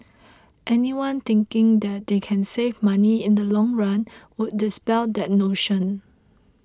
anyone thinking that they can save money in the long run would dispel that notion